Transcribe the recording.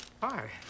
Hi